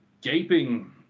gaping